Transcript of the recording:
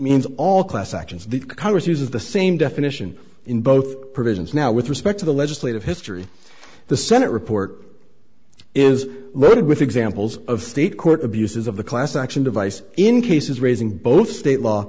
means all class actions the congress uses the same definition in both provisions now with respect to the legislative history the senate report is littered with examples of state court abuses of the class action device in cases raising both state law